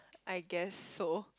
I guess so